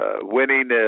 Winning